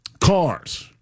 cars